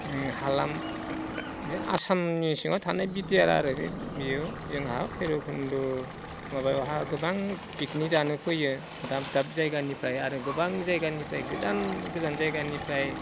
हालाम बे आसामनि सिङाव थानाय बिटिआर आरो बेयाव जोंहा भैराबकुन्द माबायावहा गोबां पिकनिक जानो फैयो दाब दाब जायगानिफ्राय आरो गोबां जायगानिफ्राय गोजान गोजान जायगानिफ्राय